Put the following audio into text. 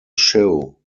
show